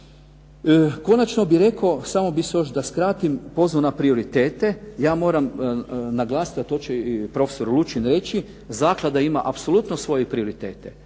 Konačno bih rekao, samo bih se još, da skratim, pozvao na prioritete. Ja moram naglasiti, a to će i prof. Lučin reći, zaklada ima apsolutno svoje i prioritete,